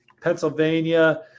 Pennsylvania